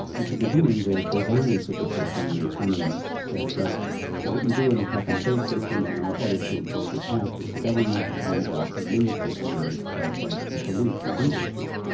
at the beginning the designers of the system, the economists, said well what you do in a cap and trade system, in and order to impose a cap, is the government hands out a limited amount of right to pollute to industry.